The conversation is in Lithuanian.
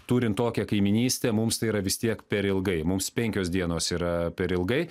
turint tokią kaimynystę mums tai yra vis tiek per ilgai mums penkios dienos yra per ilgai